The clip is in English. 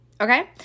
Okay